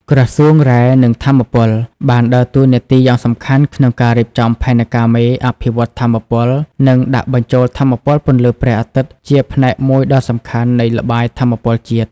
ក្រសួងរ៉ែ និងថាមពលបានដើរតួនាទីយ៉ាងសំខាន់ក្នុងការរៀបចំផែនការមេអភិវឌ្ឍន៍ថាមពល និងដាក់បញ្ចូលថាមពលពន្លឺព្រះអាទិត្យជាផ្នែកមួយដ៏សំខាន់នៃល្បាយថាមពលជាតិ។